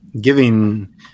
giving